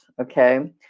okay